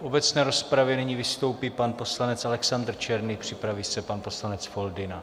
V obecné rozpravě nyní vystoupí pan poslanec Alexander Černý, připraví se pan poslanec Foldyna.